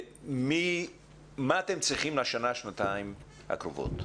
מה אתם צריכים לשנה שנתיים הקרובות?